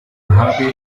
habe